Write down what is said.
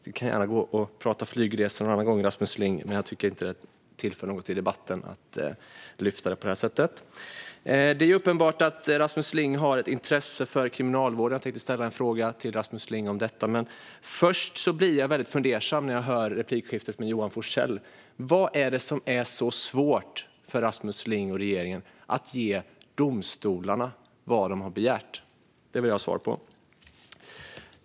Vi kan gärna prata flygresor en annan gång, Rasmus Ling, men jag tycker inte att det tillför något till debatten att lyfta fram det på detta sätt. Det är uppenbart att Rasmus Ling har ett intresse för kriminalvården. Jag tänker ställa en fråga till Rasmus Ling om detta, men först har jag en annan fråga. Jag blev fundersam när jag hörde replikskiftet med Johan Forssell. Vad är det som är så svårt för Rasmus Ling och regeringen med att ge domstolarna vad de har begärt? Det vill jag ha svar på.